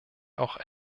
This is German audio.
auch